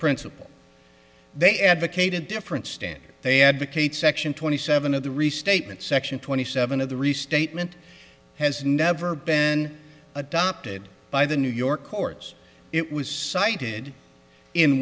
principal they advocate a different standard they advocate section twenty seven of the restatement section twenty seven of the restatement has never been adopted by the new york courts it was cited in